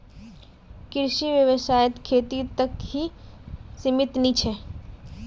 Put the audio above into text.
कृषि व्यवसाय खेती तक ही सीमित नी छे